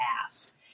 past